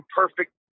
perfect